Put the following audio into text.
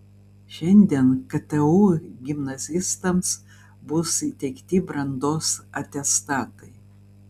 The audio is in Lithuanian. šiandien ktu gimnazistams bus įteikti brandos atestatai